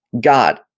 God